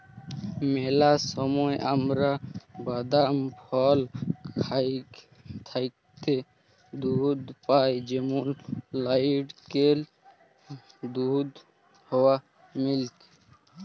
ম্যালা সময় আমরা বাদাম, ফল থ্যাইকে দুহুদ পাই যেমল লাইড়কেলের দুহুদ, সয়া মিল্ক